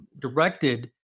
directed